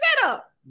setup